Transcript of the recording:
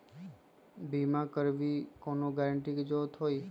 बिमा करबी कैउनो गारंटर की जरूरत होई?